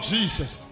Jesus